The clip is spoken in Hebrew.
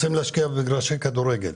רוצים להשקיע במגרשי כדורסל,